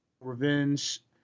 revenge